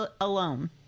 alone